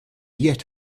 yet